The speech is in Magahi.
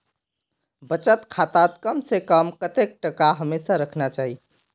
बचत खातात कम से कम कतेक टका हमेशा रहना चही?